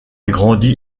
grandi